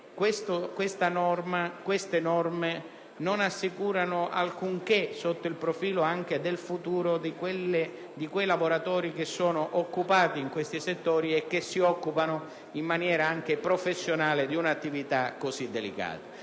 queste norme non assicurano alcunché sotto il profilo del futuro dei lavoratori impiegati in questi settori, che si occupano in maniera professionale di un'attività così delicata.